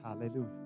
hallelujah